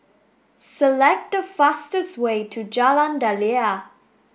select the fastest way to Jalan Daliah